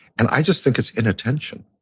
and i just think it's inattention.